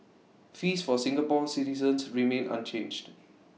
fees for Singapore citizens remain unchanged